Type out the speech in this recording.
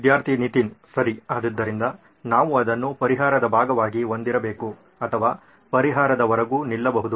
ವಿದ್ಯಾರ್ಥಿ ನಿತಿನ್ ಸರಿ ಆದ್ದರಿಂದ ನಾವು ಅದನ್ನು ಪರಿಹಾರದ ಭಾಗವಾಗಿ ಹೊಂದಿರಬೇಕು ಅಥವಾ ಪರಿಹಾರದ ಹೊರಗೂ ನಿಲ್ಲಬಹುದು